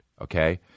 Okay